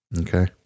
okay